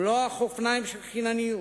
מלוא החופניים חינניות,